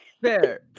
Fair